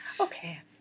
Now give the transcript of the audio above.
Okay